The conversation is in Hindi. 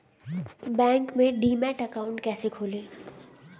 बैंक में डीमैट अकाउंट कैसे खोलें?